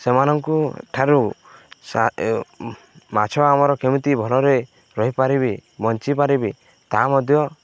ସେମାନଙ୍କୁ ଠାରୁ ମାଛ ଆମର କେମିତି ଭଲରେ ରହିପାରିବେ ବଞ୍ଚିପାରିବି ତାହା ମଧ୍ୟ